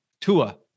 Tua